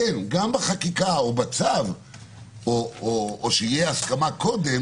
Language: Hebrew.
כן גם בחקיקה או בצו או שתהיה הסכמה קודם